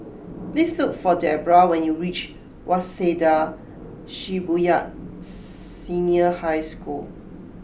please look for Deborrah when you reach Waseda Shibuya Senior High School